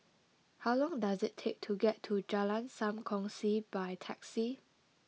how long does it take to get to Jalan Sam Kongsi by taxi